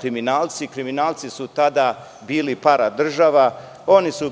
kriminalci. Kriminalci su tada bili paradržava. Oni su